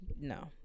no